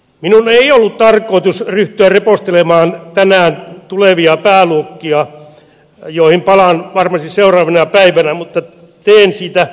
minun ei ollut tarkoitus ryhtyä repostelemaan tänään tulevia pääluokkia joihin palaan varmasti seuraavina päivinä mutta teen siitä poikkeuksen